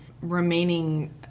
remaining